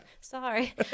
Sorry